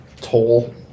toll